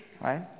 right